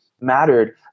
mattered